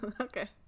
Okay